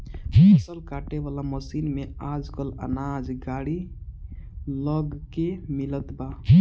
फसल काटे वाला मशीन में आजकल अनाज गाड़ी लग के मिलत बा